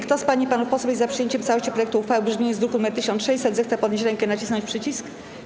Kto z pań i panów posłów jest za przyjęciem w całości projektu uchwały w brzmieniu z druku nr 1600, zechce podnieść rękę i nacisnąć przycisk.